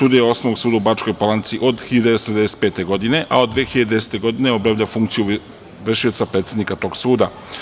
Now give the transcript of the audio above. Sudija je Osnovnog suda u Bačkoj Palanci od 1995. godine, a od 2010. godine obavlja funkciju vršioca predsednika tog suda.